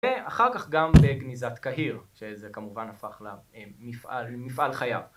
ואחר כך גם בגניזת קהיר, שזה כמובן הפך למפעל חייו